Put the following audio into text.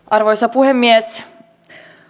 arvoisa puhemies